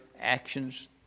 actions